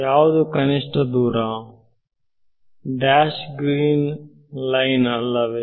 ಯಾವುದು ಕನಿಷ್ಠ ದೂರ ಡ್ಯಾಶ್ ಗ್ರೀನ್ ಲೈನ್ ಅಲ್ಲವೇ